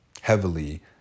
heavily